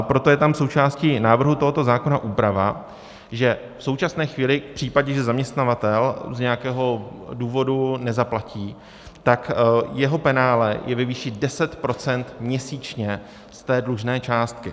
Proto je tam součástí návrhu tohoto zákona úprava, že v současné chvíli, v případě, že zaměstnavatel z nějakého důvodu nezaplatí, tak jeho penále je ve výši 10 % měsíčně z té dlužné částky.